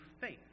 faith